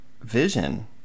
vision